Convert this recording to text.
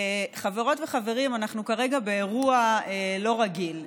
חברות וחברים, אנחנו כרגע באירוע לא רגיל.